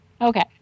Okay